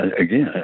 again